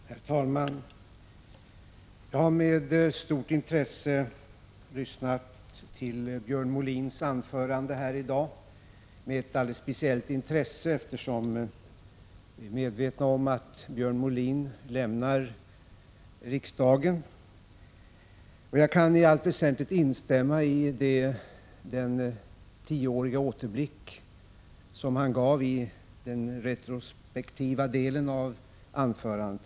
Herr talman! Jag har med stort intresse lyssnat till Björn Molins anförande här i dag, och jag har gjort det med ett alldeles speciellt intresse eftersom vi är medvetna om att Björn Molin lämnar riksdagen. Jag kan i allt väsentligt instämma i den återblick på de senaste tio åren som han gav i den retrospektiva delen av anförandet.